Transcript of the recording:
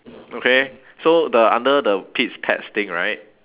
okay so the under the pete's pets thing right